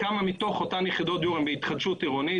כמה מתוך אותן היחידות הן בהתחדשות עירונית,